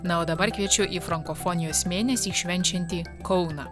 na o dabar kviečiu į frankofonijos mėnesį švenčiantį kauną